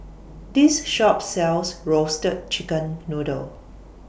This Shop sells Roasted Chicken Noodle